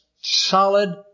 solid